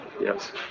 Yes